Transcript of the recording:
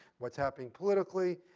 what's happening politically.